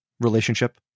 relationship